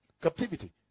Captivity